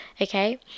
Okay